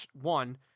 one